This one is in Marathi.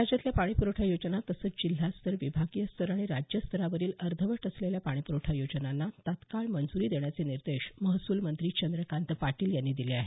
राज्यातल्या पाणी प्रवठा योजना तसंच जिल्हास्तर विभागीयस्तर आणि राज्य स्तरावरील अर्धवट असलेल्या पाणी प्रवठा योजनांना तात्काळ मंजूरी देण्याचे निर्देश महसूल मंत्री चंद्रकांत पाटील यांनी दिले आहेत